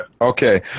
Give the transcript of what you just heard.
Okay